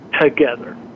together